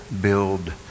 build